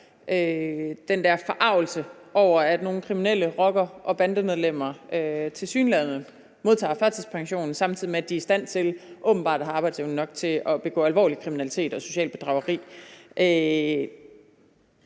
den der forargelse over, at nogle kriminelle rockere og bandemedlemmer tilsyneladende modtager førtidspension, samtidig med at de åbenbart er i stand til at have arbejdsevne nok til at begå alvorlig kriminalitet og socialt bedrageri.